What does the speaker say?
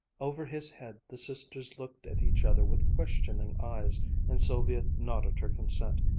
over his head the sisters looked at each other with questioning eyes and sylvia nodded her consent.